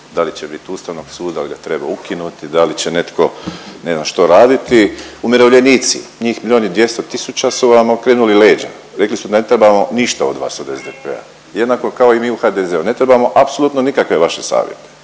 da li će biti Ustavnog suda, da li ga treba ukinuti, da li će netko ne znam što raditi. Umirovljenici njih milijon i 200 000 su vam okrenuli leđa, rekli su ne trebamo ništa od vas, od SDP-a jednako kao i mi u HDZ-u ne trebamo apsolutno nikakve vaše savjete.